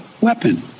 weapon